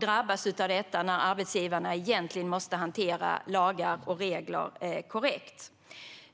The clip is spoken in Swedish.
drabbas av detta när det egentligen är arbetsgivarna som måste hantera lagar och regler korrekt.